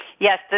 Yes